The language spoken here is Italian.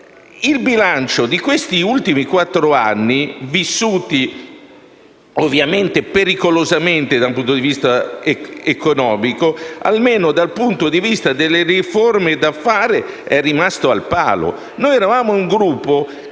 il bilancio di questi ultimi quattro anni vissuti pericolosamente dal punto di vista economico è che, almeno dal punto di vista delle riforme da fare, il Paese è rimasto al palo. Noi eravamo un Gruppo